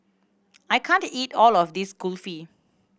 I can't eat all of this Kulfi